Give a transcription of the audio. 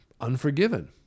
unforgiven